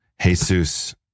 Jesus